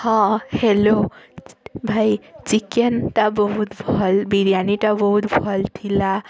ହଁ ହ୍ୟାଲୋ ଭାଇ ଚିକେନ୍ଟା ବହୁତ୍ ଭଲ୍ ବିରିୟାନୀଟା ବହୁତ୍ ଭଲ୍ ଥିଲା